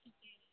ठीक आहे